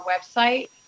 website